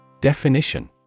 Definition